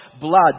blood